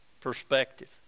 perspective